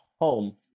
home